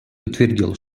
подтвердил